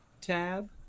tab